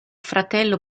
fratello